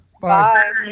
Bye